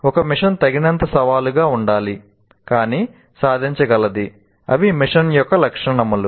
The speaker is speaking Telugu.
ఒక మిషన్ తగినంత సవాలుగా ఉండాలి కానీ సాధించగలది అవి మిషన్ యొక్క లక్షణాలు